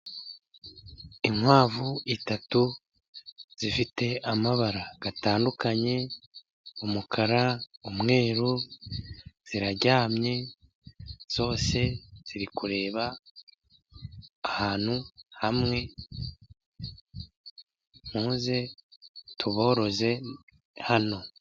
Inkwavu eshatu zifite amabara atandukanye umukara, umweru ziraryamye zose ziri kureba ahantu hamwe muze tuboroze hano.